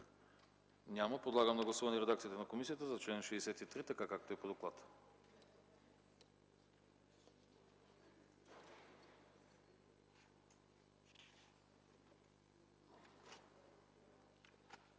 Няма. Подлагам на гласуване редакцията на комисията за чл. 64, така както е по доклада.